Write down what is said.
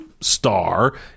star